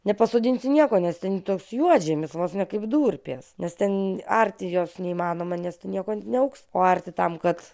nepasodinsi nieko nes ten toks juodžemis vos ne kaip durpės nes ten arti jos neįmanoma nes ten nieko neaugs o arti tam kad